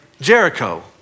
Jericho